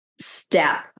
step